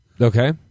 Okay